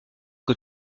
que